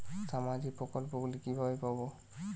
সামাজিক প্রকল্প গুলি কিভাবে পাব?